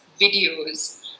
videos